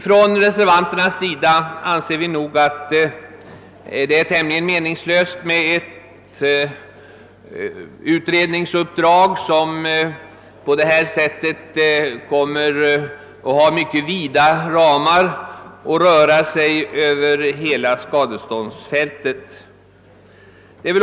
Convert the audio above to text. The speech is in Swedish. Vi reservanter anser det tämligen meningslöst med ett utredningsuppdrag som på detta sätt kommer att få mycket vida ramar och röra sig över hela skadeståndsfältet.